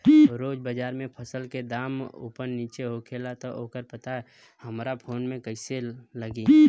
रोज़ बाज़ार मे फसल के दाम ऊपर नीचे होखेला त ओकर पता हमरा फोन मे कैसे लागी?